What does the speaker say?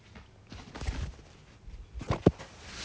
then err let's talk for one hour lah 看怎样